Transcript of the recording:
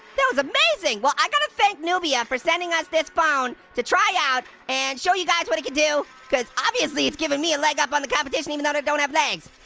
that was amazing. well, i gotta thank nubia for sending us this phone to try out and show you guys what it could do, cause obviously it's given me a leg up on the competition, even though i don't have legs.